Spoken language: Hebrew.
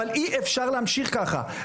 אבל אי אפשר להמשיך ככה,